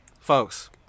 Folks